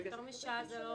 יותר משעה זה לא